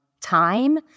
time